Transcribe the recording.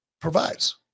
provides